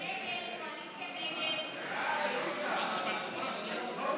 בועז טופורובסקי, איימן עודה,